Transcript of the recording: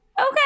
Okay